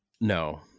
No